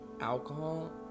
alcohol